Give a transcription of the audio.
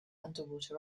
underwater